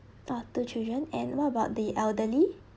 oh two children and what about the elderly